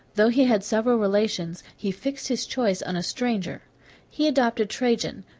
though he had several relations, he fixed his choice on a stranger he adopted trajan,